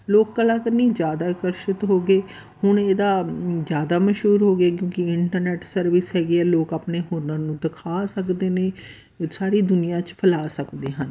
ਲੋਕ ਕਲਾ ਕਨੀ ਜ਼ਿਆਦਾ ਆਕਰਸ਼ਿਤ ਹੋ ਗਏ ਹੁਣ ਇਹਦਾ ਜ਼ਿਆਦਾ ਮਸ਼ਹੂਰ ਹੋ ਗਏ ਕਿਉਂਕਿ ਇੰਟਰਨੈਟ ਸਰਵਿਸ ਹੈਗੀ ਆ ਲੋਕ ਆਪਣੇ ਹੁਨਰ ਨੂੰ ਦਿਖਾ ਸਕਦੇ ਨੇ ਸਾਰੀ ਦੁਨੀਆਂ 'ਚ ਫੈਲਾ ਸਕਦੇ ਹਨ